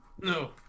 no